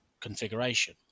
configuration